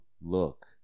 look